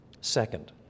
Second